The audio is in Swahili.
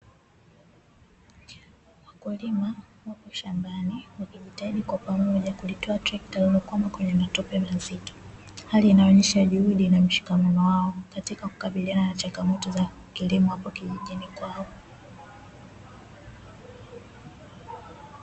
Wakulima wapo shambani wakijitahidi kwa pamoja kulitoa trekta lilokwama kwenye matope mazito. Hali ianyoonyesha juhudi na mshikamano wao katika kukabiliana na changamoto za kilimo hapo kijijini kwao.